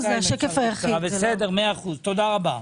תודה רבה.